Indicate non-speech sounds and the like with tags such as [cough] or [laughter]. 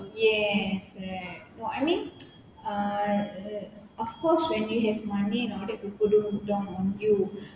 yes correct no I mean [noise] uh of course when you have money and all that people don't look down on you